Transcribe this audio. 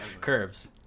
curves